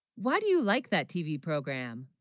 why, do you like that tv program